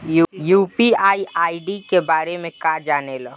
UPI ID के बारे में का जाने ल?